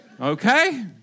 Okay